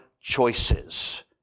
choices